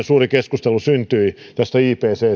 suuri keskustelu syntyi tästä ipccn